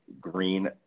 green